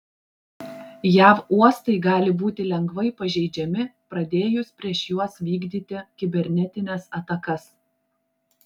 jav uostai gali būti lengvai pažeidžiami pradėjus prieš juos vykdyti kibernetines atakas